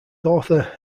author